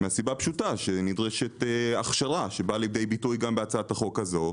מהסיבה הפשוטה שנדרשת הכשרה שבאה לידי ביטוי גם בהצעת החוק הזו.